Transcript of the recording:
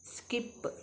skip